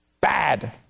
Bad